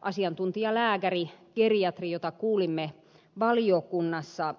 asiantuntijalääkäri geriatri jota kuulimme valiokunnassa